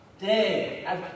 Day